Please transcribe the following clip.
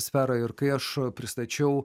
sferą ir kai aš pristačiau